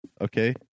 Okay